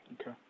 okay